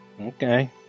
Okay